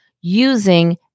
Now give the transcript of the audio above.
using